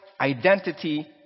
identity